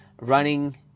running